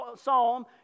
psalm